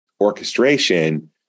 orchestration